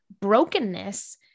brokenness